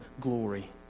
glory